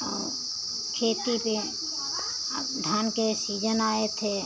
और खेती के अब धान के सीजन आए थे